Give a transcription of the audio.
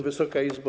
Wysoka Izbo!